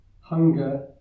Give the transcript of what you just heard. hunger